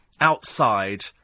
outside